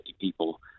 people